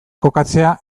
kokatzea